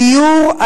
דיור,